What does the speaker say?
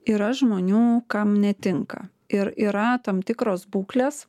yra žmonių kam netinka ir yra tam tikros būklės